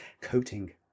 coating